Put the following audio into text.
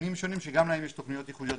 מאפיינים שונים, שגם להם יש תוכניות ייחודיות.